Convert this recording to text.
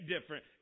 different